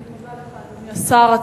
תודה לך, אדוני השר.